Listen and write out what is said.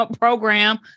program